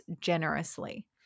generously